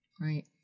Right